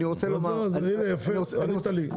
אז הנה, יפה, ענית לי.